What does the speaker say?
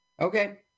Okay